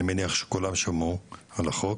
אני מניח שכולם שמעו על החוק,